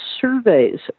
surveys